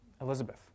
Elizabeth